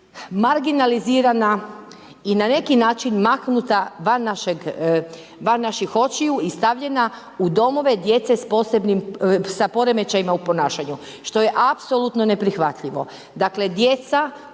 marginalizirana i na neki način maknuta van naših očiju i stavljena u domove djece s poremećajima u ponašanju što je apsolutno neprihvatljivo.